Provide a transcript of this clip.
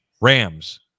Rams